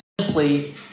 simply